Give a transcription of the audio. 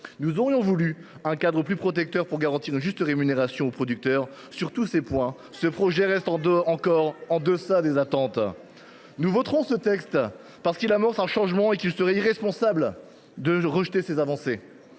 Nous aurions voulu un cadre plus protecteur pour garantir une juste rémunération aux producteurs. Et vos amis de la Coordination rurale ? Sur tous ces points, ce projet reste encore en deçà des attentes. Nous voterons ce texte, parce qu’il amorce un changement et qu’il serait irresponsable de rejeter ces avancées,